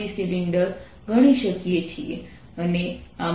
તેઓ આઇઆઇટી કાનપુર ભૌતિકશાસ્ત્ર વિભાગના નિયમિત પીએચ